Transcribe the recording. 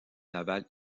naval